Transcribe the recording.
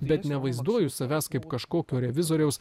bet nevaizduoju savęs kaip kažkokio revizoriaus